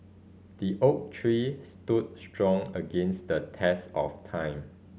the oak tree stood strong against the test of time